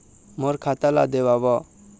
मोर खाता ला देवाव?